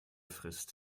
frisst